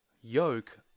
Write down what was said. yoke